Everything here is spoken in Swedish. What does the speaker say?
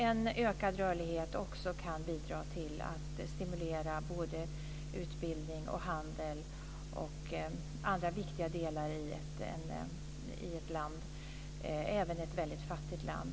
En ökad rörlighet kan också bidra till att stimulera såväl utbildning och handel som andra viktiga delar i ett land, även ett väldigt fattigt land.